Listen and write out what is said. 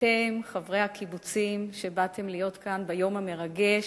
אתם, חברי הקיבוצים, שבאתם להיות כאן ביום המרגש.